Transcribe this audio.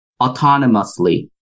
autonomously